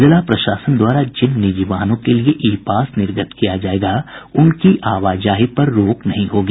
जिला प्रशासन द्वारा जिन निजी वाहनों के लिए ई पास निर्गत किया जायेगा उनकी आवाजाही पर रोक नहीं होगी